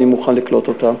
אני מוכן לקלוט אותם,